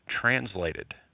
translated